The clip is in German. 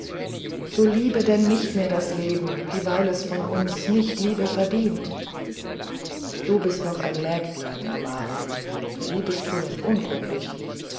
so liebe denn nicht mehr das leben dieweil es von uns nicht liebe verdient du bist noch ein mägdelein amara der liebeskunst unkundig